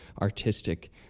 artistic